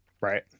Right